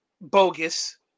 bogus